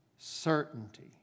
certainty